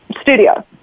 studio